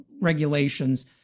regulations